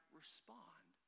respond